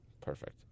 Perfect